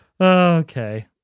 Okay